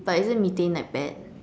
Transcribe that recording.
but isn't methane like bad